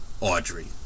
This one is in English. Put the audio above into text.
Audrey